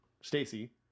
Stacy